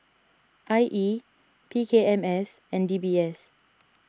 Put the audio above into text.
I E P K M S and D B S